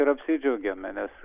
ir apsidžiaugėme nes